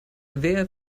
wer